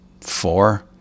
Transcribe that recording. four